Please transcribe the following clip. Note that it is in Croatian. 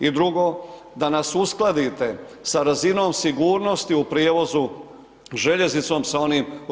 I drugo da nas uskladite sa razinom sigurnosti u prijevozu željeznicom sa onim u EU.